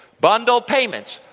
bundled payments.